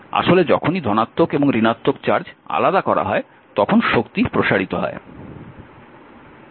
আসলে যখনই ধনাত্মক এবং ঋণাত্মক চার্জ আলাদা করা হয় তখন শক্তি প্রসারিত হয়